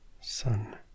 Son